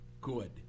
good